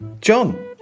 John